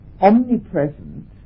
omnipresent